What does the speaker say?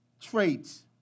traits